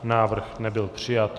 Návrh nebyl přijat.